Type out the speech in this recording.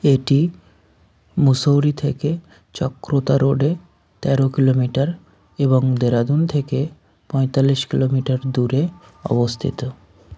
এটি মুসৌরি থেকে চক্রতা রোডে তেরো কিলোমিটার এবং দেরাদুন থেকে পঁয়তাল্লিশ কিলোমিটার দূরে অবস্থিত